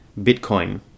Bitcoin